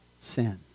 sin